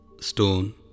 stone